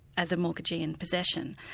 as a mortgagee in possession.